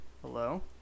Hello